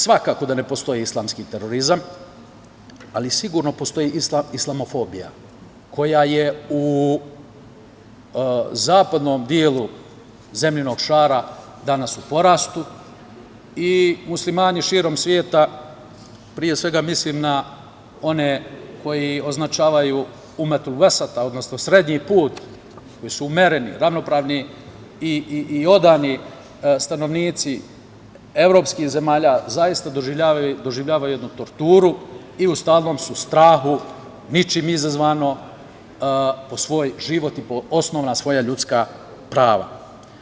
Naravno, svakako da ne postoji islamski terorizam, ali sigurno postoji islamofobija koja je u zapadnom delu zemljinog šara danas u porastu i muslimani širom sveta, pre svega mislim na one koje označavaju srednji put, koji su umereni, ravnopravni i odani stanovnici evropskih zemalja, zaista doživljavaju jednu torturu i u stalnom su strahu, ničim izazvano, po svoj život i po osnovna svoja ljudska prava.